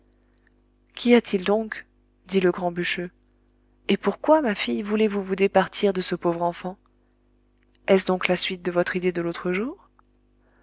qu'y a-t-il donc dit le grand bûcheux et pourquoi ma fille voulez-vous vous départir de ce pauvre enfant est-ce donc la suite de votre idée de l'autre jour